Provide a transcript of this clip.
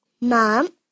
Mom